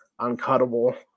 uncuttable